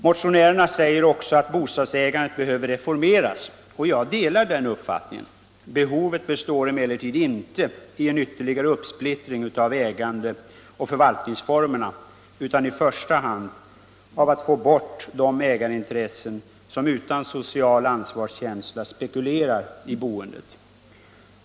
Motionärerna säger också att bostadsägandet behöver reformeras. Jag delar den uppfattningen. Behovet består emellertid inte i en ytterligare uppsplittring av ägandeoch förvaltningsformerna utan i första hand i att få bort de ägarintressen som utan social ansvarskänsla spekulerar i boendet.